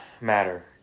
matter